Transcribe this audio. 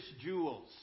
jewels